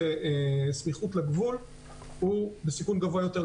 בסמיכות לגבול נמצא בסיכון גבוה יותר.